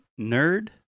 nerd